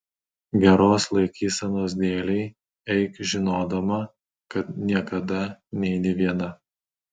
geros laikysenos dėlei eik žinodama kad niekada neini viena